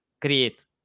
create